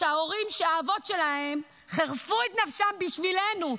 שהאבות שלהם חירפו את נפשם בשבילנו,